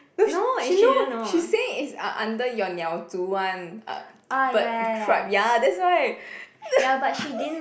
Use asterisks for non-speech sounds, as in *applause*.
no she she know she say it's uh under your 鸟猪 one uh bird tribe ya that's why *laughs* funny